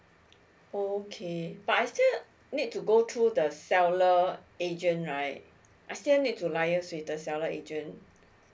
oh okay but I still need to go through the seller agent right I still need to liaise with the seller agent